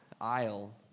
aisle